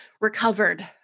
recovered